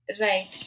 Right